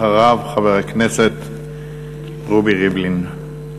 אחריו, חבר הכנסת רובי ריבלין.